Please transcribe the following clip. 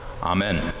Amen